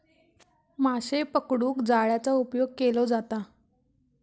माशे पकडूक जाळ्याचा उपयोग केलो जाता